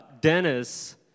Dennis